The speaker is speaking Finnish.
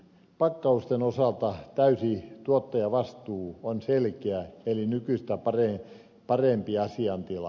pakkausten osalta täysi tuottajavastuu on selkeä eli nykyistä parempi asiantila